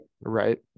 Right